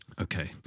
Okay